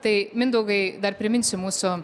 tai mindaugai dar priminsiu mūsų